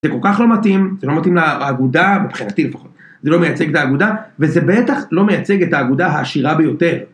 זה כל כך לא מתאים, זה לא מתאים לאגודה, בבחינתי לפחות, זה לא מייצג את האגודה, וזה בטח לא מייצג את האגודה העשירה ביותר.